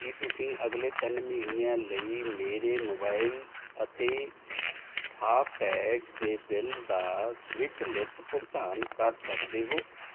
ਕੀ ਤੁਸੀਂਂ ਅਗਲੇ ਤਿੰਨ ਮਹੀਨਿਆਂ ਲਈ ਮੇਰੇ ਮੋਬਾਈਲ ਅਤੇ ਫਾਸਟੈਗ ਦੇ ਬਿੱਲ ਦਾ ਸਵਿਚਲਿਤ ਭੁਗਤਾਨ ਕਰ ਸਕਦੇ ਹੋ